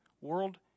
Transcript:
world